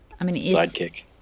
Sidekick